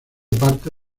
parte